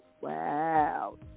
Wow